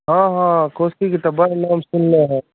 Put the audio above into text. हँ हँ कोशीके तऽ बड्ड नाम सुनने हइ